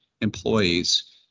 employees